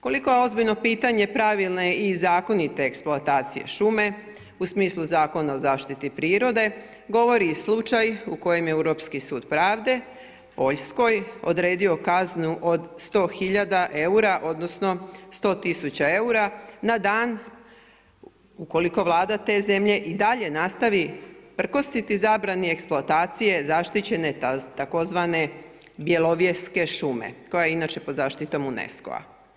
Koliko je ozbiljno pitanje pravilne i zakonite eksploatacije šume u smislu Zakona o zaštiti prirode govori i slučaj u kojem je Europski sud pravde Poljskoj odredio kaznu od 100 hiljada eura, odnosno 100 tisuća eura na dan ukoliko Vlada te zemlje i dalje nastavi prkositi zabrani eksploatacije zaštićene tzv. bjelovjeske šume koja je inače pod zaštitom UNESCO-a.